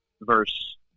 verse